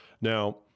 Now